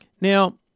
Now